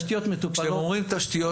כשאתם אומרים תשתיות,